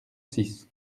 six